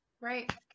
Right